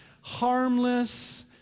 harmless